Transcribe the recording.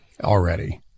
already